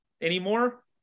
anymore